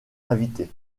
invités